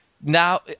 Now